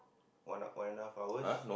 one one and a half hours